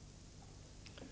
när det gäller narkotikamissbruket.